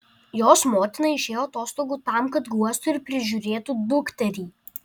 jos motina išėjo atostogų tam kad guostų ir prižiūrėtų dukterį